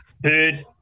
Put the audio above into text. Bird